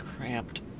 cramped